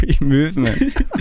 movement